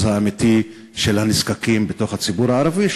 האמיתי של הנזקקים בתוך הציבור הערבי,